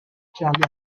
charlie